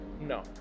No